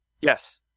yes